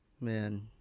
Man